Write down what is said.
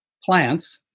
plants,